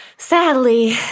Sadly